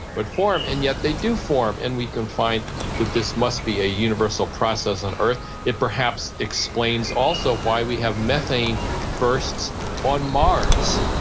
but form and yet they do form and we can find that this must be a universal process on earth. it perhaps explains also why we have methane bursts on mars.